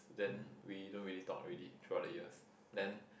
then we don't really talk already throughout the years then